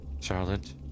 Charlotte